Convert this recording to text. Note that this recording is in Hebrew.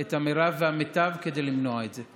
את המרב והמיטב כדי למנוע את זה.